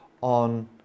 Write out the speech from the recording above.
on